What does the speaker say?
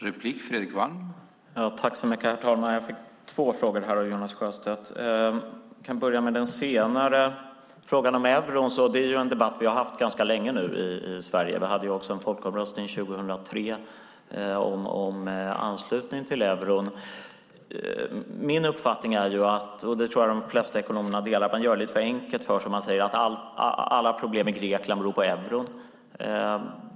Herr talman! Jag fick två frågor av Jonas Sjöstedt. Jag kan börja med den senare. När det gäller frågan om euron är det en debatt vi nu har haft ganska länge i Sverige. Vi hade en folkomröstning om anslutning till euron 2003. Min uppfattning - och den tror jag att de flesta ekonomer delar - är att man gör det lite för enkelt för sig om man säger att alla problem i Grekland beror på euron.